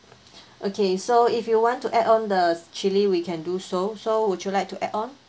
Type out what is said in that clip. okay so if you want to add on the chilli we can do so so would you like to add on